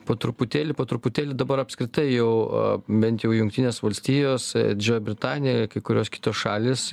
po truputėlį po truputėlį dabar apskritai jau bent jau jungtinės valstijos didžioji britanija kai kurios kitos šalys